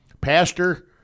Pastor